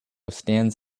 stands